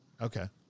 Okay